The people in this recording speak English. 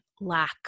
lack